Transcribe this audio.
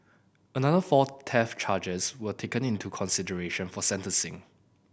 another four theft charges were taken into consideration for sentencing